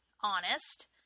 honest